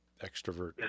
extrovert